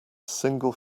single